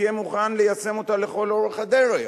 תהיה מוכן ליישם אותה לכל אורך הדרך.